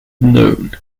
known